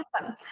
awesome